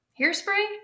Hairspray